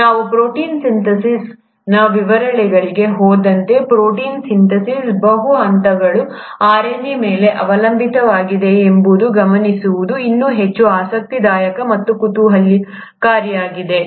ನಾವು ಪ್ರೋಟೀನ್ ಸಿಂಥೆಸಿಸ್ನ ವಿವರಗಳಿಗೆ ಹೋದಂತೆ ಪ್ರೋಟೀನ್ ಸಿಂಥೆಸಿಸ್ ಬಹು ಹಂತಗಳು RNA ಮೇಲೆ ಅವಲಂಬಿತವಾಗಿದೆ ಎಂಬುದನ್ನು ಗಮನಿಸುವುದು ಇನ್ನೂ ಹೆಚ್ಚು ಆಸಕ್ತಿದಾಯಕ ಮತ್ತು ಕುತೂಹಲಕಾರಿಯಾಗಿದೆ